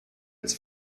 its